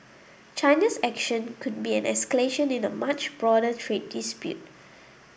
China's action could be an escalation in a much broader trade dispute